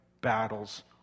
battles